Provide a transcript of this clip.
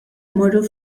mmorru